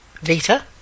Vita